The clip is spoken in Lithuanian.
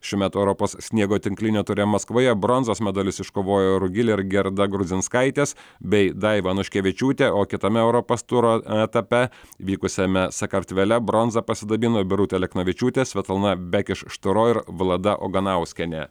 šių metų europos sniego tinklinio ture maskvoje bronzos medalius iškovojo rugilė ir gerda grudzinskaitės bei daiva anuškevičiūtė o kitame europos turo etape vykusiame sakartvele bronza pasidabino birutė aleknavičiūtė svetlana bekeš štoro ir vlada oganauskienė